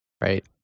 right